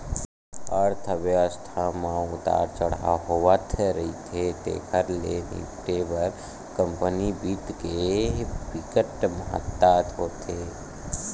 अर्थबेवस्था म उतार चड़हाव होवथ रहिथे तेखर ले निपटे बर कंपनी बित्त के बिकट महत्ता होथे